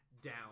down